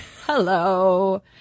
Hello